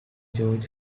gorge